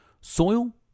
Soil